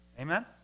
Amen